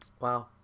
Wow